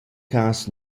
cas